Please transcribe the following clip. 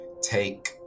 take